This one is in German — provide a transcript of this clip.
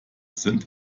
sind